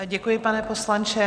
Děkuji, pane poslanče.